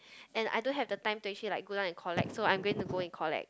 and I don't have the time to actually like go down and collect so I'm going to go and collect